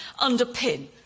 underpin